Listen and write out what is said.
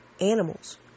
animals